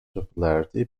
popularity